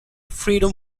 freedom